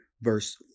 verse